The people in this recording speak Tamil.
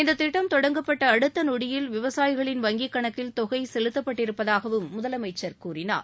இந்த திட்டம் தொடங்கப்பட்ட அடுத்த நொடியில் விவசாயிகளின் வங்கிக் கணக்கில் தொகை செலுத்தப்பட்டிருப்பதாகவும் முதலமைச்சர் கூறினார்